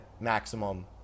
maximum